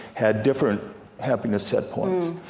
had different happiness set points.